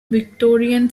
victorian